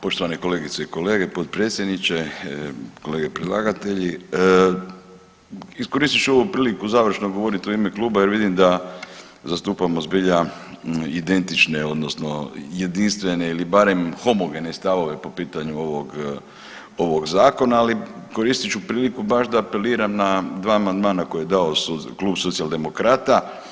Poštovane kolegice i kolege, potpredsjedniče, kolege predlagatelji, iskoristit ću ovu priliku završno govorit u ime kluba jer vidim da zastupamo zbilja identične odnosno jedinstvene ili barem homogene stavove po pitanju ovog, ovog zakona, ali koristit ću priliku baš da apeliram na 2 amandmana koje je dao Klub Socijaldemokrata.